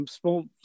small